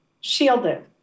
shielded